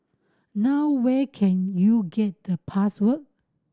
now where can you get the password